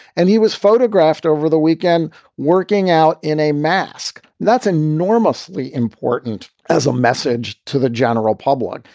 and he was photographed over the weekend working out in a mask. that's enormously important as a message to the general public.